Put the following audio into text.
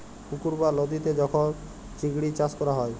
পুকুর বা লদীতে যখল চিংড়ি চাষ ক্যরা হ্যয়